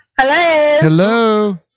Hello